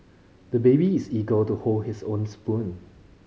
the baby is eager to hold his own spoon